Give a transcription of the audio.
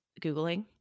Googling